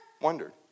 Wondered